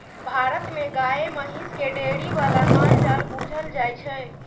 भारत मे गाए महिष केँ डेयरी बला माल जाल बुझल जाइ छै